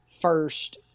first